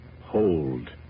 Hold